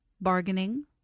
bargaining